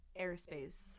airspace